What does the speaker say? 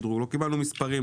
לא קיבלנו מספרים,